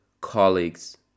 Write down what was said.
colleagues